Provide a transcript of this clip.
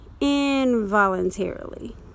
involuntarily